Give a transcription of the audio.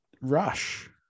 Rush